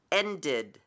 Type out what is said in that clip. ended